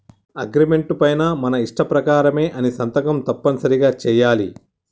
agreement పైన మన ఇష్ట ప్రకారమే అని సంతకం తప్పనిసరిగా చెయ్యాలి